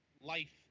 Life